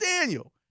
Daniel